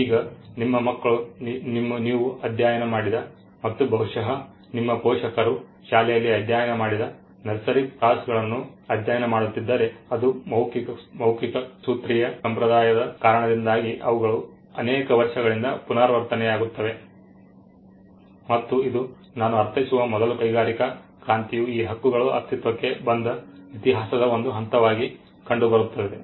ಈಗ ನಿಮ್ಮ ಮಕ್ಕಳು ನೀವು ಅಧ್ಯಯನ ಮಾಡಿದ ಮತ್ತು ಬಹುಶಃ ನಿಮ್ಮ ಪೋಷಕರು ಶಾಲೆಯಲ್ಲಿ ಅಧ್ಯಯನ ಮಾಡಿದ ನರ್ಸರಿ ಪ್ರಾಸಗಳನ್ನು ಅಧ್ಯಯನ ಮಾಡುತ್ತಿದ್ದರೆ ಅದು ಮೌಖಿಕ ಸೂತ್ರೀಯ ಸಂಪ್ರದಾಯದ ಕಾರಣದಿಂದಾಗಿ ಅವುಗಳು ಅನೇಕ ವರ್ಷಗಳಿಂದ ಪುನರಾವರ್ತನೆಯಾಗುತ್ತವೆ ಮತ್ತು ಇದು ನಾನು ಅರ್ಥೈಸುವ ಮೊದಲು ಕೈಗಾರಿಕಾ ಕ್ರಾಂತಿಯು ಈ ಹಕ್ಕುಗಳು ಅಸ್ತಿತ್ವಕ್ಕೆ ಬಂದ ಇತಿಹಾಸದ ಒಂದು ಹಂತವಾಗಿ ಕಂಡುಬರುತ್ತದೆ